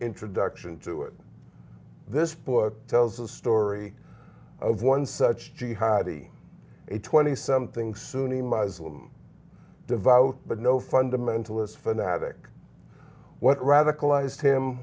introduction to it this book tells a story of one such jihadi a twenty something sunni muslim devout but no fundamentalist fanatic what radicalized him